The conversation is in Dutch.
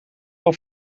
wel